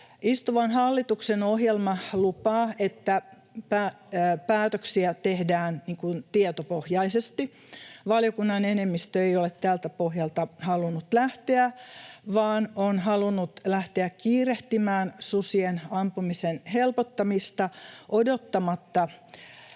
Istuvan hallituksen ohjelma lupaa, että päätöksiä tehdään tietopohjaisesti. Valiokunnan enemmistö ei ole tältä pohjalta halunnut lähteä vaan on halunnut lähteä kiirehtimään susien ampumisen helpottamista odottamatta